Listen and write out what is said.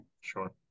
Sure